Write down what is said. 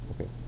Okay